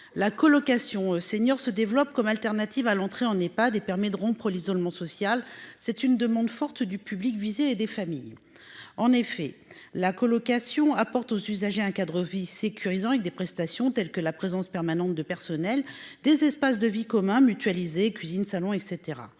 La colocation seniors se développent comme alternative à l'entrée, on n'est pas des permet de rompre l'isolement social. C'est une demande forte du public visé et des familles. En effet, la colocation apporte aux usagers un cadre vit sécurisant avec des prestations, telles que la présence permanente de personnel des espaces de vie communs mutualisés cuisine salon et